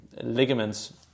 ligaments